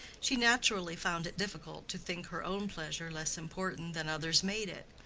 she naturally found it difficult to think her own pleasure less important than others made it,